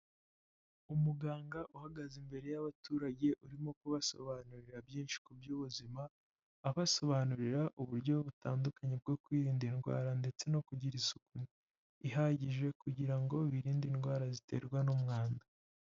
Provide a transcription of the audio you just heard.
Umuganga uhagaze imbere y'abaturage urimo kubasobanurira byinshi ku by'ubuzima, abasobanurira uburyo butandukanye bwo kwirinda indwara ndetse no kugira isuku ihagije kugira ngo birinde indwara ziterwa n'umwanda.